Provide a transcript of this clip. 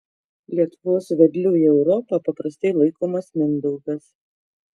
lietuvos vedliu į europą paprastai laikomas mindaugas